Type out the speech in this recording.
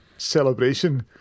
Celebration